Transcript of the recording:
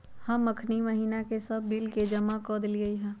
हम अखनी महिना के सभ बिल के जमा कऽ देलियइ ह